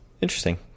interesting